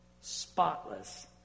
spotless